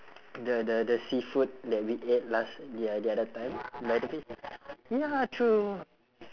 the the the seafood that we ate last the other the other time ya true